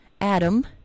Adam